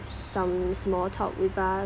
some small talk with us